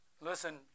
Listen